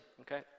okay